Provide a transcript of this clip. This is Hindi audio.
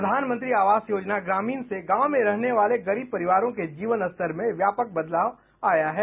प्रधानमंत्री आवास योजना ग्रामीण से गांव में रहने वाले गरीब परिवारों के जीवन स्तर में व्यापक बदलाव आया है